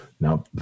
Now